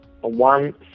one